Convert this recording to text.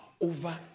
over